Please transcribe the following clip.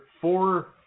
four